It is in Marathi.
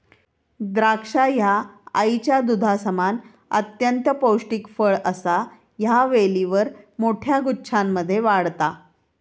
द्राक्षा ह्या आईच्या दुधासमान अत्यंत पौष्टिक फळ असा ह्या वेलीवर मोठ्या गुच्छांमध्ये वाढता